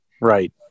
right